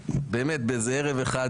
באיזה ערב אחד,